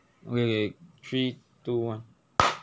okay okay three two one